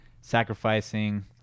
sacrificing